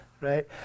right